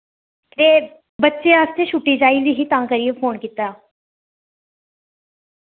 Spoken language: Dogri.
ते बच्चे आस्तै छुट्टी चाहिदी ही तां करियै फोन कीता